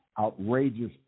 outrageous